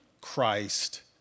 Christ